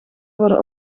worden